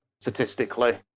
statistically